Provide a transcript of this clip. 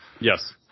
Yes